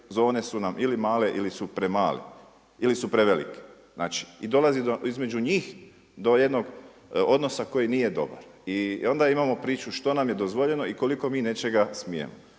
zone su nam ili male ili su premale ili su prevelike. Znači i dolazi do, između njih do jednog odnosa koji nije dobar. I onda imamo priču što nam je dozvoljeno i koliko mi nečega smijemo.